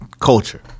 culture